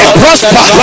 prosper